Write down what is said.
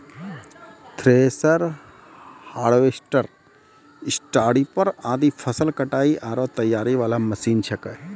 thresher, harvester, स्टारीपर आदि फसल कटाई आरो तैयारी वाला मशीन छेकै